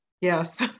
Yes